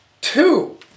two